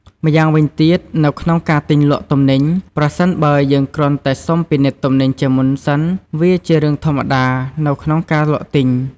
ម្យ៉ាងវិញទៀតនៅក្នុងការទិញលក់ទំនិញ ប្រសិនបើយើងគ្រាន់តែសុំពិនិត្យទំនិញជាមុនសិន វាជារឿងធម្មតានៅក្នុងការលក់ទិញ។